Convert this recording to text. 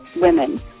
women